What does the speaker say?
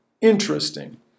Interesting